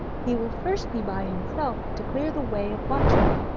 he will first be by himself to clear the way of watchers.